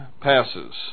passes